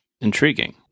Intriguing